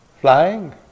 flying